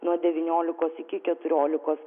nuo devyniolikos iki keturiolikos